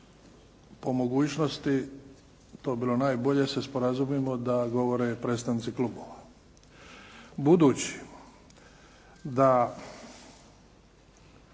po mogućnosti to bi bilo najbolje se sporazumimo da govore predstavnici klubova. Budući da